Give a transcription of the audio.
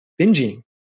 binging